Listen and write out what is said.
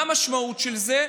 מה המשמעות של זה?